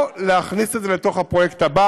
או להכניס את זה לתוך הפרויקט הבא,